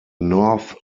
north